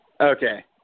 Okay